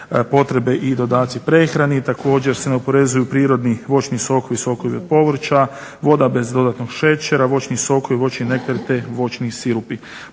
potrebe i dodaci prehrani. Također se neoporezuju prirodni voćni sokovi, sokovi od povrća, voda bez dodatnog šećera, voćni sokovi i voćni nektar te voćni sirupi.